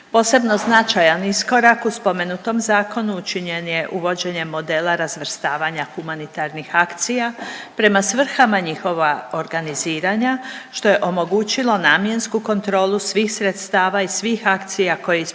Posebno značajan iskorak u spomenutom zakonu učinjen je uvođenjem modela razvrstavanja humanitarnih akcija prema svrhama njihova organiziranja što je omogućilo namjensku kontrolu svih sredstava iz svih akcija koje ispunjavanju